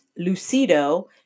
lucido